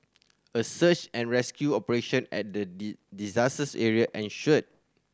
a search and rescue operation at the disaster area ensued